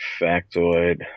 factoid